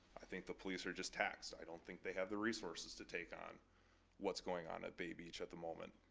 i think the police are just taxed. i don't think they have the resources to take on what's going on at bay beach at the moment,